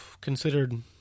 considered